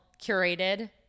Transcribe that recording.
curated